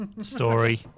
story